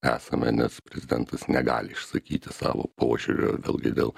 esame nes prezidentas negali išsakyti savo požiūrio vėlgi dėl